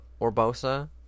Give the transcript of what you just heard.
Orbosa